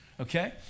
Okay